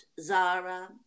Zara